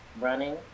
running